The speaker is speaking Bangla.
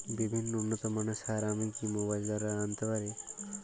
বিভিন্ন উন্নতমানের সার আমি কি মোবাইল দ্বারা আনাতে পারি?